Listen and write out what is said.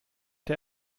der